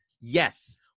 yes